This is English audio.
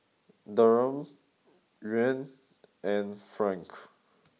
Dirham Yuan and franc